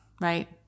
right